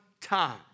time